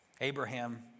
Abraham